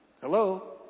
Hello